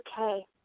okay